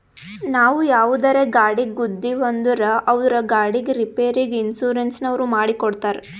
ನಾವು ಯಾವುದರೇ ಗಾಡಿಗ್ ಗುದ್ದಿವ್ ಅಂದುರ್ ಅವ್ರ ಗಾಡಿದ್ ರಿಪೇರಿಗ್ ಇನ್ಸೂರೆನ್ಸನವ್ರು ಮಾಡಿ ಕೊಡ್ತಾರ್